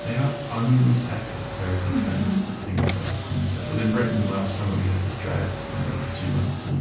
they are unsettled. there is a sense that things are unsettled in britain last summer, we had this drought that went on for two months. and